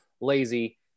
lazy